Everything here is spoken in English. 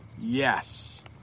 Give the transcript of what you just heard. Yes